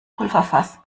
pulverfass